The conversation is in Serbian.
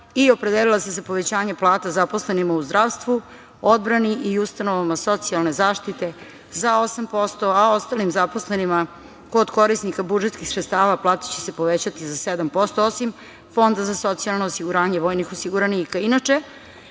i opredelila se za povećanje plata zaposlenima u zdravstvu, odbrani i ustanovama socijalne zaštite za 8%, a ostalim zaposlenima kod korisnika budžetskih sredstava plate će se povećati za 7%, osim Fonda za socijalno osiguranje vojnih osiguranika.